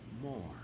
more